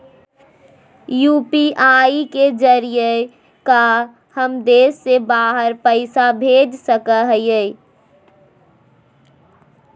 UPI के जरिए का हम देश से बाहर पैसा भेज सको हियय?